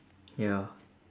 ya